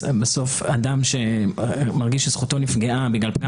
בסוף אדם שמרגיש שזכותו נפגעה בגלל פגם